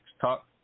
talk